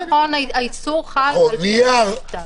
נכון, האיסור חל על שאלה בכתב.